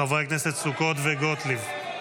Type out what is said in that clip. חברי הכנסת סוכות וגוטליב.